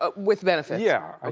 ah with benefits. yeah ah